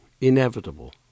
inevitable